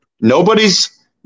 Nobody's